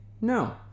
No